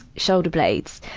shoulder blades.